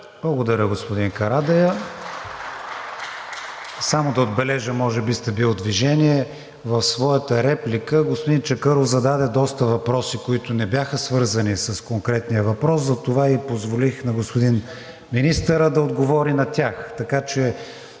Благодаря, господин Карадайъ. Само да отбележа, може би сте били в движение, в своята реплика господин Чакъров зададе доста въпроси, които не бяха свързани с конкретния въпрос, затова и позволих на господин министъра да отговори на тях.